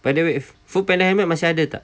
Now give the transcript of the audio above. by the way foodpanda helmet masih ada tak